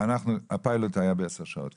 כן, הפיילוט היה בעשר שעות.